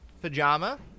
pajama